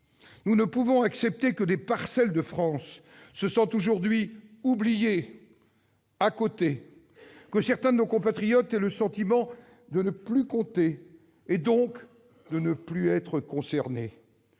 Nous ne pouvons accepter que des parcelles de France se sentent aujourd'hui oubliées, « à côté », que certains de nos compatriotes aient le sentiment de ne plus compter, et donc de ne plus être concernés.